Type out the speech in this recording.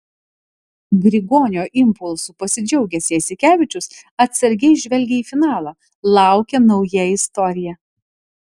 grigonio impulsu pasidžiaugęs jasikevičius atsargiai žvelgia į finalą laukia nauja istorija